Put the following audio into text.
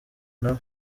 nawe